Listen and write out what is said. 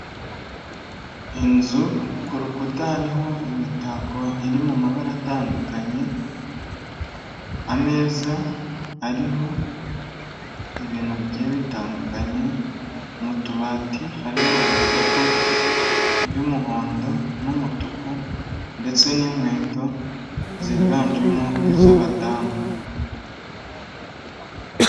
Inzu, ku rukuta hariho imitako iri mu mabara atandukanye, ameza ariho ibintu bigiye bitandukanye, mu tubati harimo ibikapu by'umuhondo n'umutuku, ndetse n'inkweto ziganjemo iz'abadamu.